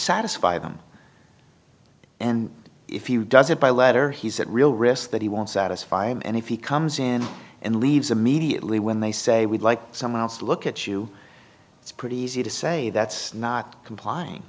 satisfy them and if you does it by letter he set real risk that he won't satisfy him and if he comes in and leaves immediately when they say we'd like someone else to look at you it's pretty easy to say that's not complying